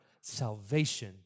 salvation